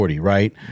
right